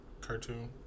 cartoon